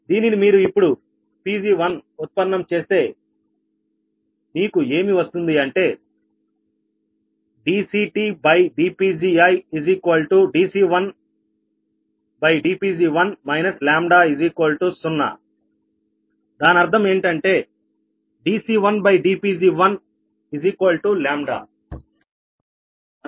దీనిని మీరు ఇప్పుడు Pg1 ఉత్పన్నం చేస్తే నీకు ఏమి వస్తుంది అంటే dCTdPg1dC1dPg1 λ0 దాని అర్థం ఏంటంటే dC1dPg1